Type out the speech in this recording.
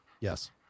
yes